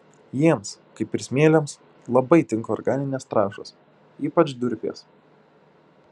jiems kaip ir smėliams labai tinka organinės trąšos ypač durpės